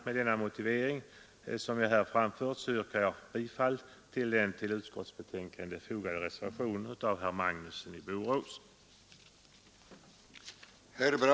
Med den motivering som jag här anfört yrkar jag bifall till den vid utskottsbetänkandet fogade reservationen av herr Magnusson i Borås m.fl.